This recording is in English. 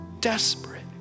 desperate